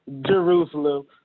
Jerusalem